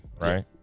Right